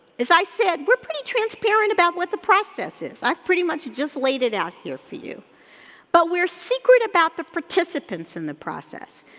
as i said, we're pretty transparent about what the process is, i've pretty much just laid it out here for you but we're secret about the participants in the process.